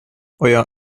euer